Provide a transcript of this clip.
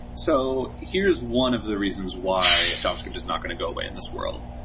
so here is one of the reasons why javascript is not going to go away in this world.